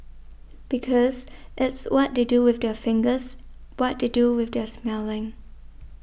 because it's what they do with their fingers what they do with their smelling